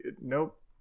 nope